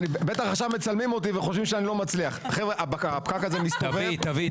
אני רק רוצה לומר לך, יש החלטה של